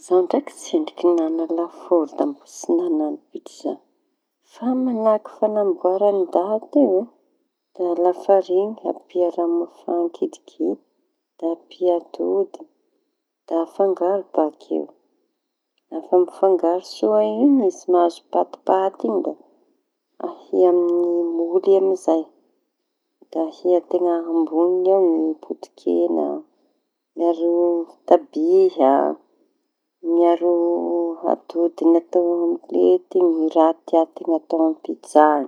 Za ndraiky tsendriky maña lafôro da mbô tsy nañano pija. Fa mañahaky fanamboaran-daty io e da lafariny ampia raño mafaña kidy da ampia atody da afangaro bakeo. Rehefa mifangaro soa iñy izy mahazo paty paty iñy da ahia amy moly amizay. Da ahia teña amboñiny eo ny potikeña miaro votabia miaro atody natao omelety iñy, ny raha tia teña atao amy pija.